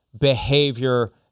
behavior